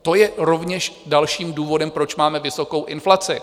To je rovněž dalším důvodem, proč máme vysokou inflaci.